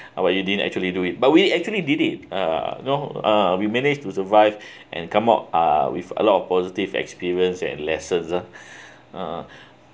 but you didn't actually do it but we actually did it uh you know uh we managed to survive and come out uh with a lot of positive experience and lessons uh (uh huh)